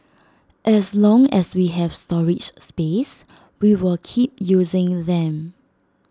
as long as we have storage space we will keep using them